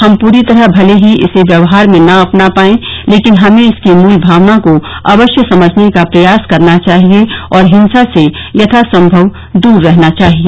हम पूरी तरह भले ही इसे व्यवहार में न अपना पाएं लेकिन हमें इसकी मूल भावना को अवश्य समझने का प्रयास करना चाहिए और हिंसा से यथासम्भव दूर रहना चाहिए